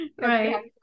right